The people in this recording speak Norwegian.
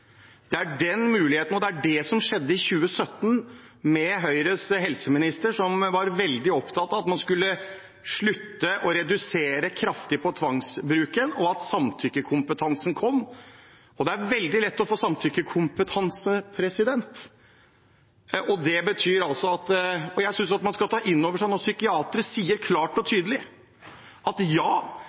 det. Det var det som skjedde i 2017, med Høyres helseminister, som var veldig opptatt av at man skulle redusere kraftig i tvangsbruken, og at samtykkekompetansen kom, og det er veldig lett å få samtykkekompetanse. Jeg synes at man skal ta det inn over seg når psykiatere sier klart og tydelig at